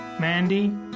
Mandy